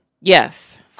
Yes